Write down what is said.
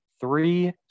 three